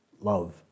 love